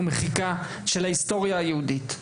ומחיקה של ההיסטוריה היהודית.